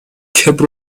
کبر